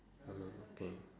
mm K